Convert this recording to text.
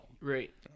Right